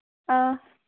ꯑꯥ